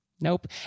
Nope